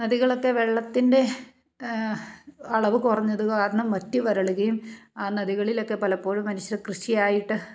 നദികളൊക്കെ വെള്ളത്തിൻ്റെ അളവ് കുറഞ്ഞത് കാരണം വറ്റി വരളുകയും ആ നദികളിലൊക്കെ പലപ്പോഴും മനുഷ്യർ കൃഷിയായിട്ട്